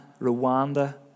Rwanda